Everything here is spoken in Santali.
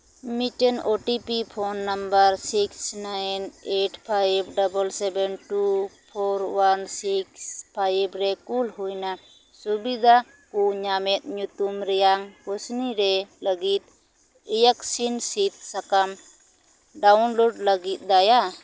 ᱢᱤᱫᱴᱮᱱ O T P phone number six nine eight five double seven two four one six five ᱨᱮ ᱠᱩᱞ ᱦᱩᱭ ᱮᱱᱟ ᱥᱩᱵᱤᱫᱷᱟ ᱠᱚ ᱧᱟᱢᱮᱫ ᱧᱩᱛᱩᱢ ᱨᱮᱭᱟᱝ ᱠᱷᱩᱥᱱᱤ ᱨᱮ ᱞᱟᱹᱜᱤᱫ ᱤᱭᱮᱠᱥᱤᱱ ᱥᱤᱫ ᱥᱟᱠᱟᱢ ᱰᱟᱣᱩᱱᱞᱳᱰ ᱞᱟᱹᱜᱤᱫ ᱫᱟᱭᱟ